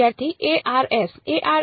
વિદ્યાર્થી s